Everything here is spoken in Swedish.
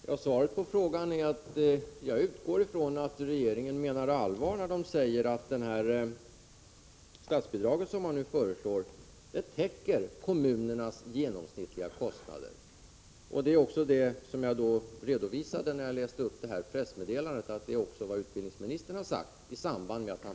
Herr talman! Svaret på den ställda frågan är att jag utgår från att regeringen menar allvar när den säger att det föreslagna statsbidraget täcker kommunernas genomsnittliga kostnader. När jag hänvisade till pressmeddelandet i samband med presentationen av statsbidragsförslaget pekade jag också på att utbildningsministern där hade framhållit detta.